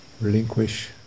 relinquish